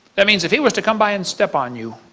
that means if he was to come by and step on you,